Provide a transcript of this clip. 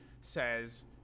says